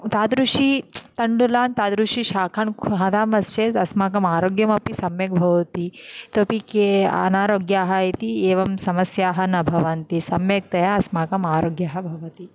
तादृशी तण्डुलान् तादृशी शाकान् खादामश्चेत् अस्माकम् आरोग्यमपि सम्यक् भवति इतोऽपि के आनारोग्याः इति एवं समस्याः न भवन्ति सम्यक्तया अस्माकम् आरोग्यः भवति